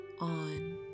on